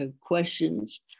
questions